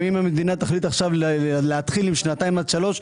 גם אם המדינה תחליט עכשיו להתחיל עם שנתיים עד שלוש,